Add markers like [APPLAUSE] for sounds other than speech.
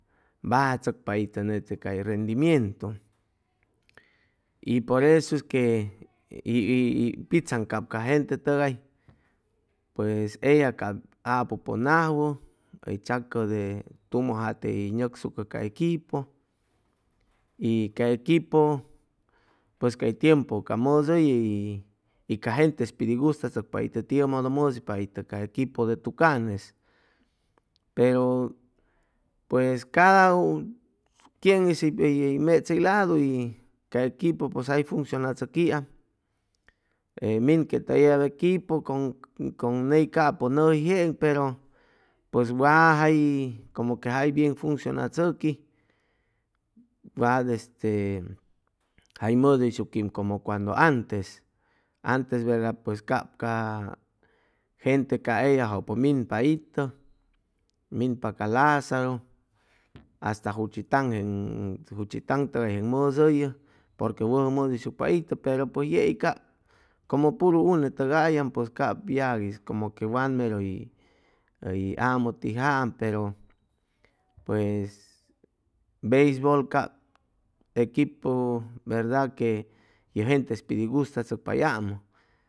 Bajachʉcpa net itʉ cay rendimientu y por esu es que y y pitzaŋ cap ca gente tʉgay pues eya cap apu pʉn ajwʉ hʉy chacʉ te tumʉ jate hʉy nʉcsucʉ ca equipo y ca equipo pues cay tiempu cap mʉdʉypa y ca gente piy gustachʉcpa itʉ tiʉ modo ca equipo de tucanes pero pues [HESITATION] quienes hʉy mechʉ hʉy ladu y y ca equipu pues jay funcionachʉquiam e minquetʉ eyab equipo con con ney capʉ nʉji jeeŋ pero pues wa jay como que jay bien funcionachʉqui wat este jay mʉdʉyshuqiam como cuando antes antes verda pues cap ca gente ca eyajʉpʉ minpa itʉ minpa ca lazaru hasta juchitan jeŋ juchitaŋ tʉgay mʉdʉyʉ porque wʉjʉ mʉdʉyshucpa itʉ pero pues yei cap como puru unetʉgay am pues cap yagui como que way mero hʉy amʉtijaam pero pues beisbol cap equipu verda que ye gentes pit hʉy gustachʉcpa hʉy ammʉ